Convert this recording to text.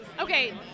Okay